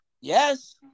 Yes